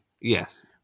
Yes